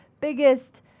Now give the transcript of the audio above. biggest